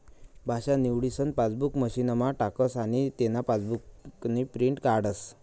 भाषा निवडीसन पासबुक मशीनमा टाकस आनी तेना पासबुकनी प्रिंट काढस